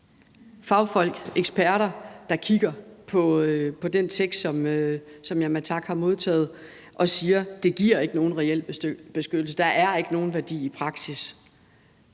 fagfolk, eksperter, der kigger på den tekst, som jeg med tak har modtaget, og siger, at det ikke giver nogen reel beskyttelse, og at det ikke har nogen værdi i praksis,